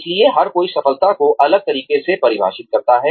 इसलिए हर कोई सफलता को अलग तरह से परिभाषित करता है